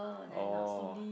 oh